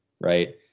right